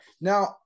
Now